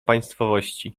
państwowości